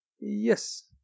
Yes